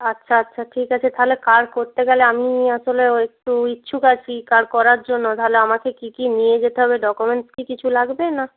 আচ্ছা আচ্ছা ঠিক আছে তাহলে কার্ড করতে গেলে আমি আসলে ও একটু ইচ্ছুক আছি কার্ড করার জন্য তাহলে আমাকে কী কী নিয়ে যেতে হবে ডকুমেন্টস কি কিছু লাগবে না